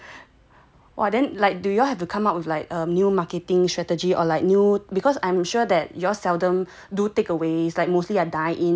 !wah! then like do you all have to come up with like a new marketing strategy or like new because I'm sure that y'all seldom do take aways like mostly are dine ins and stuff like that so do you have to